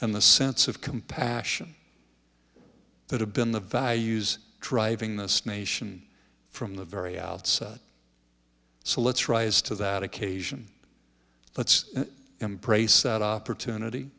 and the sense of compassion that have been the values driving this nation from the very outset so let's rise to that occasion let's embrace that opportunity